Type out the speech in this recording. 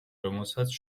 რომელსაც